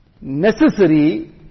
necessary